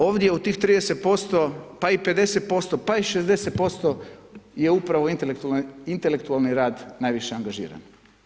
Ovdje u tih 30% pa i 50%, pa i 60% je upravo intelektualni rad najviše angažiran.